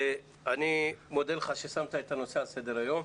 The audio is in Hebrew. אני מודה לך ששמת את הנושא על סדר היום.